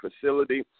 facility